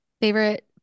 Favorite